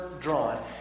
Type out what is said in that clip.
drawn